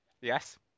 Yes